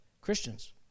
Christians